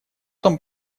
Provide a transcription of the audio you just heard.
там